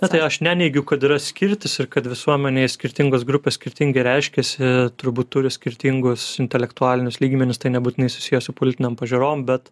tai aš neneigiu kad yra skirtis ir kad visuomenėje skirtingos grupės skirtingai reiškiasi turbūt turi skirtingus intelektualinius lygmenis tai nebūtinai susiję su politinėm pažiūrom bet